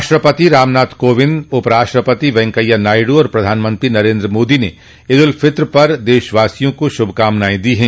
राष्ट्रपति रामनाथ कोविंद उपराष्ट्रपति वैंकेया नायडू और प्रधानमंत्री नरेन्द्र मोदी ने ईद उल फित्र पर देशवासियों को शुभकामनाएं दी हैं